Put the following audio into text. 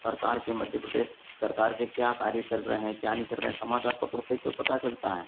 सरकार के मध्य प्रदेश सरकार के क्या कार्य चल रहे हैं क्या नहीं कर रहें समाचार पत्रों से ही तो पता चलता है